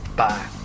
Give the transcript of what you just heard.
bye